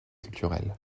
culturelles